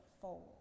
fold